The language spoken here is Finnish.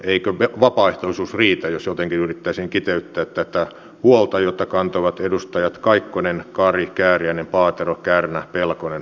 eikö vapaaehtoisuus riitä jos jotenkin yrittäisin kiteyttää tätä huolta jota kantavat ainakin edustajat kaikkonen kari kääriäinen paatero kärnä pelkonen